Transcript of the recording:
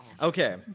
Okay